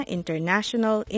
International